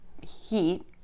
heat